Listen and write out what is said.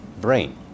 brain